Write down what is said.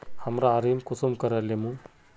हमरा ऋण कुंसम करे लेमु?